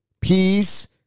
peace